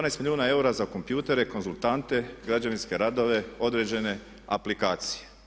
12 milijuna eura za kompjutere, konzultante, građevinske radove, određene aplikacije.